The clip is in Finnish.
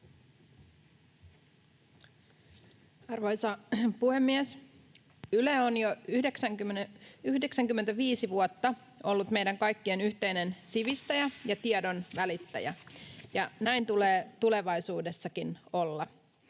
Arvoisa puhemies! Yle on jo 95 vuotta ollut meidän kaikkien yhteinen sivistäjä ja tiedonvälittäjä, ja näin tulee tulevaisuudessakin olla.